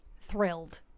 Thrilled